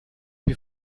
più